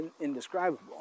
indescribable